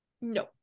no